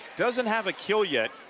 doesn't have a kill yet,